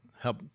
help